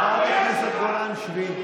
חברת הכנסת גולן, שבי.